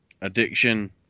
Addiction